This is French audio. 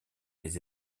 des